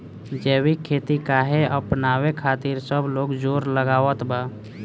जैविक खेती काहे अपनावे खातिर सब लोग जोड़ लगावत बा?